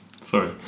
sorry